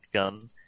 gun